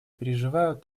переживают